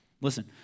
Listen